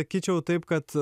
sakyčiau taip kad